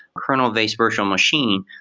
kernel-based virtual machine,